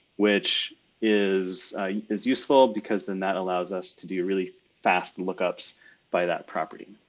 which is is useful because then that allows us to do really fast lookups by that property.